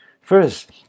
First